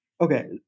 Okay